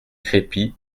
crépy